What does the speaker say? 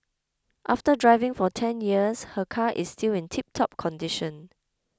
after driving for ten years her car is still in tiptop condition